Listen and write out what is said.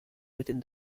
within